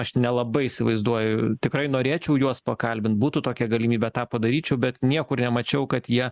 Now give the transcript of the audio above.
aš nelabai įsivaizduoju tikrai norėčiau juos pakalbint būtų tokia galimybė tą padaryčiau bet niekur nemačiau kad jie